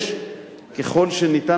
ככל שניתן,